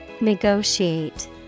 Negotiate